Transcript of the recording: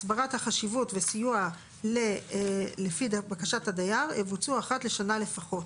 הסברת החשיבות וסיוע לפי בקשת הדייר יבוצעו אחת לשנה לפחות.